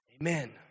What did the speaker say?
Amen